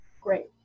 great